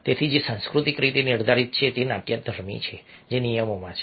તેથી જે સાંસ્કૃતિક રીતે નિર્ધારિત છે તે નાટ્યધર્મી છે જે નિયમોમાં છે